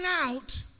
out